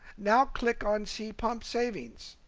now click on see pump savings.